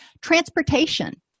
Transportation